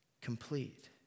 complete